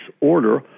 order